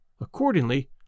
Accordingly